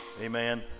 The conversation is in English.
Amen